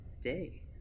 day